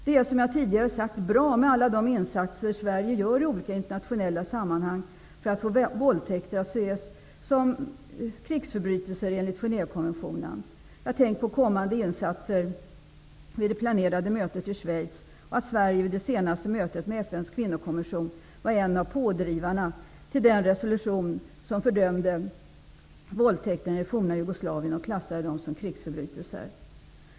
Det är, som jag tidigare sagt, bra med alla de insatser som Sverige gör i olika internationella sammanhang för att få våldtäkter att ses som krigsförbrytelser enligt Genèvekonventionen. Jag tänker på kommande insatser vid det planerade mötet i Schweiz och att Sverige vid det senaste mötet med FN:s kvinnokommission var en av pådrivarna till den resolution som fördömde våldtäkterna i det forna Jugoslavien och klassade dem som krigsförbrytelser.